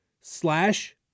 slash